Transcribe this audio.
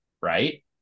right